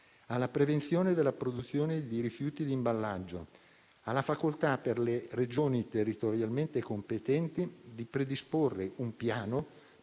alla prevenzione della produzione di rifiuti di imballaggio, alla facoltà per le Regioni territorialmente competenti di predisporre un piano